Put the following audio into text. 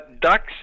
Ducks